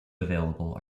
available